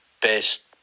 best